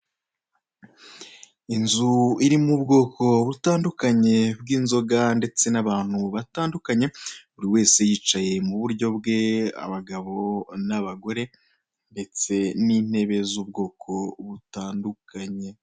Inzu irimo ubwoko butandukanye bw'inzoga ndetse n'abantu batandukanye, buri wese yicaye mu buryo bwe abagabo n'abagore ndetse n'intebe z'ubwoko butandukanye.